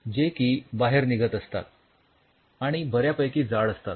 जे की बाहेर निघत असतात आणि बऱ्यापैकी जाड असतात